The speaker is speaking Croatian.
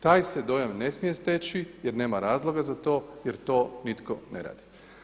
Taj se dojam ne smije steći jer nema razloga za to jer to nitko ne radi.